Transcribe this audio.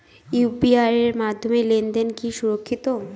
UPI এর মাধ্যমে লেনদেন কি সুরক্ষিত?